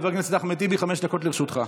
חבר הכנסת אחמד טיבי, חמש דקות לרשותך.